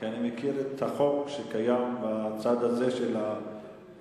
כי אני מכיר את החוק שקיים בצד הזה של האולם,